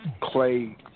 Clay